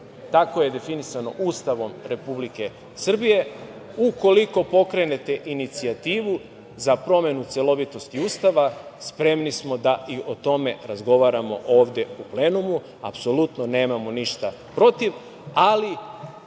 Tako je definisano Ustavom Republike Srbije. Ukoliko pokrenete inicijativu za promenu celovitosti Ustava, spremni smo da i o tome razgovaramo ovde u plenumu. Apsolutno nemamo ništa protiv, ali